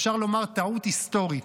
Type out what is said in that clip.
אפשר לומר טעות היסטורית.